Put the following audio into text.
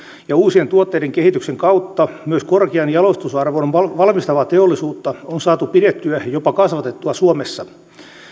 ja uusien tuotteiden kehityksen kautta myös korkean jalostusarvon valmistavaa teollisuutta on saatu pidettyä jopa kasvatettua suomessa